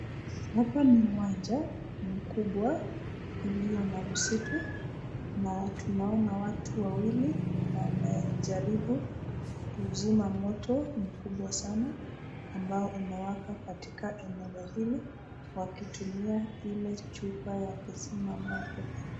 Hapa ni uwanja mkubwa ulio na msitu na tunaona watu wawili wamejaribu kuzima moto mkubwa sana ambao umewaka katika eneo hili wakitumia ile chupa ya kuzima moto.